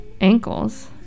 Ankles